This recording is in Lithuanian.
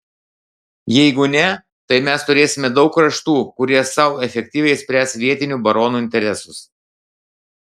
jeigu ne tai mes turėsime daug kraštų kurie sau efektyviai spręs vietinių baronų interesus